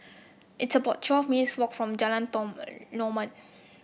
it's about twelve minutes' walk from Jalan